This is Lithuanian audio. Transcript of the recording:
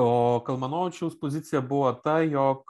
o kalmanovičiaus pozicija buvo ta jog